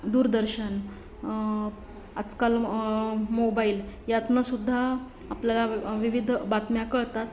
दूरदर्शन आजकाल मोबाईल यातनंसुद्धा आपल्याला विविध बातम्या कळतात